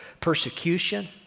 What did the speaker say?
persecution